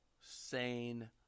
sane